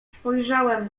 spojrzałem